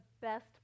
best